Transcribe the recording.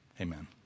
Amen